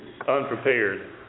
unprepared